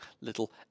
little